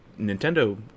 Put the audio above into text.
Nintendo